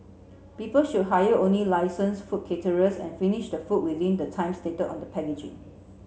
people should hire only licensed food caterers and finish the food within the time stated on the packaging